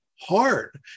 Hard